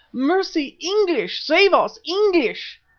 mercy, english! save us, english!